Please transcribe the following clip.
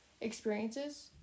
experiences